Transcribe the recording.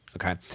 Okay